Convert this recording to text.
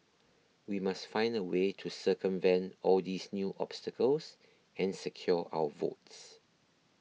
we must find a way to circumvent all these new obstacles and secure our votes